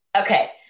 Okay